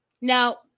Now